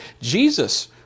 Jesus